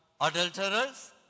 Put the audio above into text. adulterers